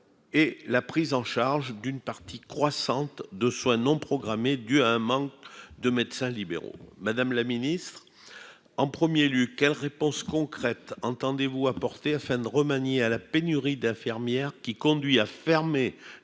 et la prise en charge d'une partie croissante de soins non programmés, due à un manque de médecins libéraux, Madame la Ministre, en 1er lieu quelles réponses concrètes entendez-vous apporter afin de remanié à la pénurie d'infirmières qui conduit à fermer